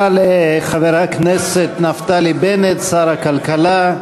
תודה לחבר הכנסת נפתלי בנט, שר הכלכלה,